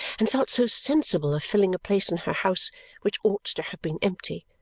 and felt so sensible of filling a place in her house which ought to have been empty,